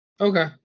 Okay